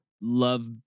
love